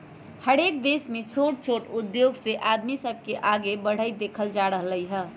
हरएक देश में छोट छोट उद्धोग से आदमी सब के आगे बढ़ईत देखल जा रहल हई